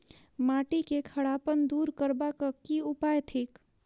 माटि केँ खड़ापन दूर करबाक की उपाय थिक?